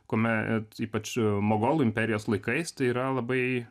kuomet ypač mogolų imperijos laikais tai yra labai